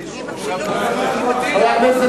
חבר הכנסת